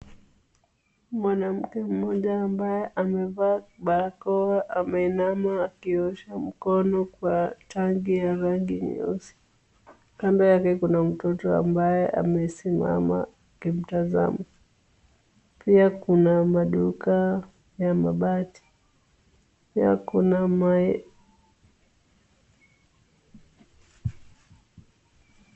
Mwanamke mmoja ambaye anavaa barakoa ameinama akiosha mkono kwa tangi ya rangi nyeusi. Kando yake kuna mtoto ambaye amesimama akimtazama, pia kuna maduka ya mabati, pia kuna mayai